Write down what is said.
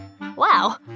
Wow